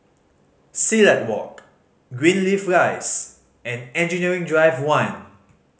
Silat Walk Greenleaf Rise and Engineering Drive One